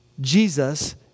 Jesus